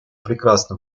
прекрасно